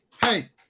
hey